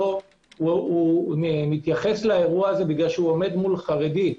משתף פעולה.